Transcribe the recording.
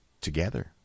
together